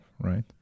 right